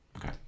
Okay